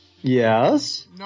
yes